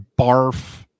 barf